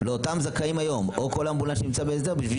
לאותם זכאים היום או כל אמבולנס שנמצא בהסדר.